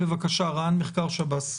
בבקשה, רע"ן מחקר שב"ס.